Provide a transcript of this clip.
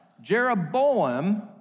Jeroboam